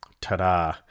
ta-da